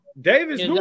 Davis